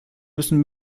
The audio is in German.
müssen